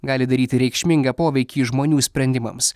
gali daryti reikšmingą poveikį žmonių sprendimams